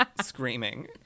screaming